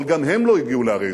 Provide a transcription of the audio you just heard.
אבל גם הם לא הגיעו לערי ישראל,